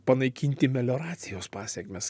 panaikinti melioracijos pasekmes